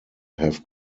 have